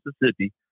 Mississippi